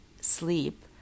sleep